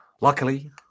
Luckily